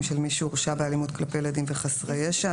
של מי שהורשע באלימות כלפי ילדים וחסרי ישע,